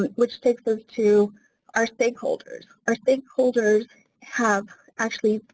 which takes us to our stakeholders. our stakeholders have, actually,